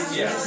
Yes